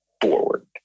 forward